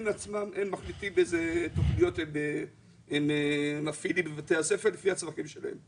עצמם מחליטים איזה תוכניות הם מפעילים את בתי הספר לפי הצרכים שלהם.